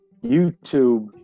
YouTube